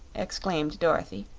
exclaimed dorothy.